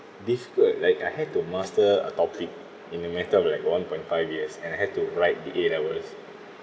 difficult like I had to master a topic in a matter of like one point five years and I have to write the A levels